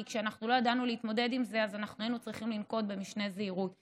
כי כשאנחנו לא ידענו להתמודד עם זה אז היינו צריכים לנקוט משנה זהירות,